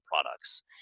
products